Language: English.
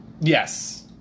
Yes